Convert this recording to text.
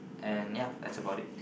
and ya that's about it